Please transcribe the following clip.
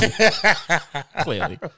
Clearly